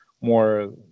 more